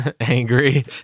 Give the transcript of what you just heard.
Angry